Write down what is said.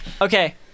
okay